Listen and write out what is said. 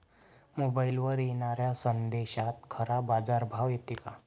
मोबाईलवर येनाऱ्या संदेशात खरा बाजारभाव येते का?